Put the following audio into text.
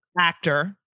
actor